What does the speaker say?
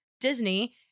Disney